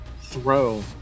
throw